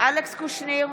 אלכס קושניר,